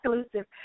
exclusive